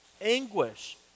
Anguish